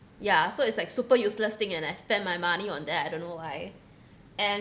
ya so it's like super useless thing and I spend my money on that I don't know why and